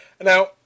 Now